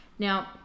Now